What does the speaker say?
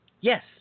Yes